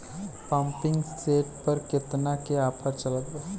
Pumping set पर केतना के ऑफर चलत बा?